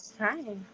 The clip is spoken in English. Hi